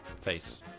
face